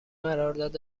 قرارداد